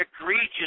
egregious